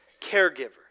caregiver